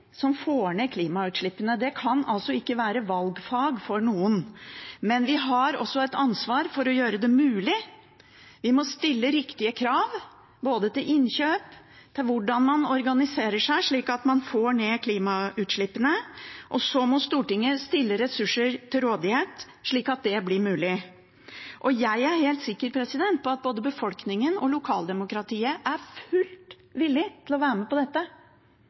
som får ned klimautslippene. Det kan altså ikke være valgfag for noen. Vi har også et ansvar for å gjøre det mulig. Vi må stille riktige krav, både til innkjøp og til hvordan man organiserer seg, slik at man får ned klimautslippene, og så må Stortinget stille ressurser til rådighet, slik at det blir mulig. Jeg er helt sikker på at både befolkningen og lokaldemokratiet er fullt ut villige til å være med på dette